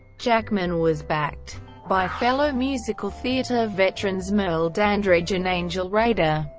jackman was backed by fellow musical theatre veterans merle dandridge and angel reda.